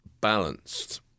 balanced